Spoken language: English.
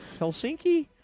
Helsinki